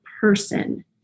person